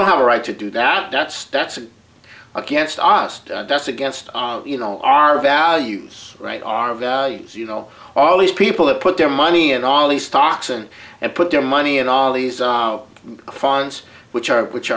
don't have a right to do that that's that's against aust that's against you know our values right our values you know all these people that put their money and all these stocks and and put their money and all these funds which are which